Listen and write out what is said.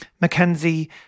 Mackenzie